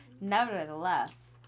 Nevertheless